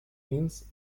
means